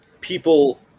people